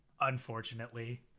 unfortunately